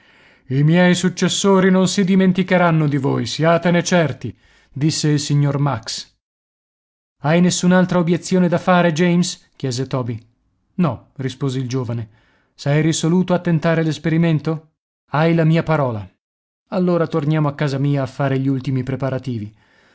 i miei successori non si dimenticheranno di voi siatene certi disse il signor max hai nessun'altra obiezione da fare james chiese toby no rispose il giovane sei risoluto a tentare l'esperimento hai la mia parola allora torniamo a casa mia a fare gli ultimi preparativi